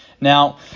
Now